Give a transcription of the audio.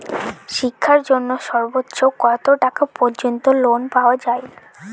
শিক্ষার জন্য সর্বোচ্চ কত টাকা পর্যন্ত লোন পাওয়া য়ায়?